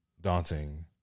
daunting